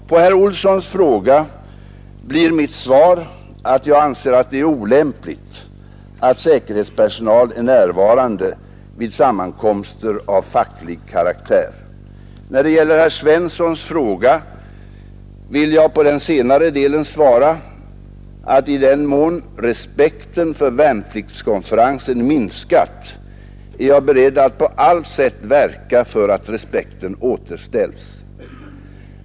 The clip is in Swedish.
På herr Olssons fråga blir mitt svar att jag anser att det är olämpligt att säkerhetspersonal är närvarande vid sammankomster av facklig karaktär. När det gäller herr Svenssons fråga vill jag på den senare delen svara att i den mån respekten för värnpliktskonferensen minskat är jag beredd att på alla sätt verka för att respekten återställs.